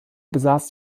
besaß